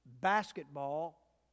basketball